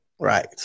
Right